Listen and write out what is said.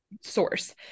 source